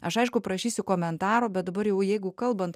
aš aišku prašysiu komentaro bet dabar jau jeigu kalbant